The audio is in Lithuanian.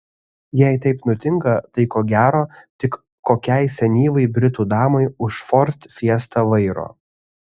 jei taip nutinka tai ko gero tik kokiai senyvai britų damai už ford fiesta vairo